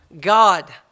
God